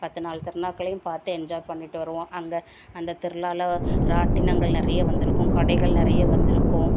பத்து நாள் திருவிழாக்களையும் பார்த்து என்ஜாய் பண்ணிட்டு வருவோம் அங்கே அந்த திருவிழாவில் ராட்டினங்கள் நிறைய வந்து இருக்கும் கடைகள் நிறைய வந்து இருக்கும்